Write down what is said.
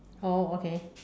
oh okay